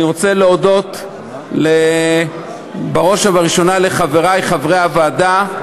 אני רוצה להודות בראש ובראשונה לחברי חברי הוועדה,